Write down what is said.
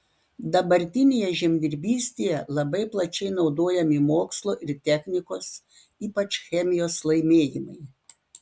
dabartinėje žemdirbystėje labai plačiai naudojami mokslo ir technikos ypač chemijos laimėjimai